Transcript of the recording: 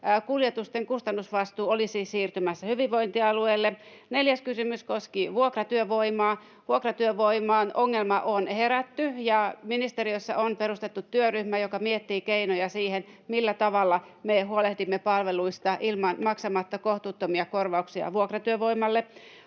kuljetusten kustannusvastuu olisi siirtymässä hyvinvointialueille. Neljäs kysymys koski vuokratyövoimaa. — Vuokratyövoiman ongelmaan on herätty, ja ministeriössä on perustettu työryhmä, joka miettii keinoja siihen, millä tavalla me huolehdimme palveluista maksamatta kohtuuttomia korvauksia vuokratyövoimalle.